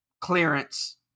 clearance